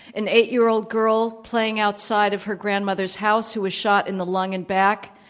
an eight-year-old girl playing outside of her grandmother's house who was shot in the lung and back,